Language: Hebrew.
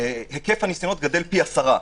היקף הניסיונות גדל פי עשרה.